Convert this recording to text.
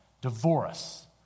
divorce